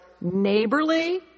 neighborly